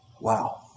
Wow